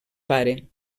pare